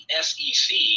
SEC